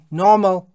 normal